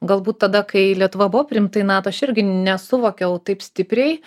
galbūt tada kai lietuva buvo priimta į nato aš irgi nesuvokiau taip stipriai